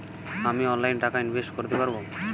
আমি অনলাইনে টাকা ইনভেস্ট করতে পারবো?